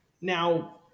Now